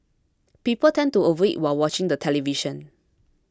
people tend to overeat while watching the television